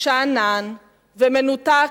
שאנן ומנותק,